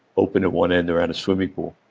open at one end around a swimming pool.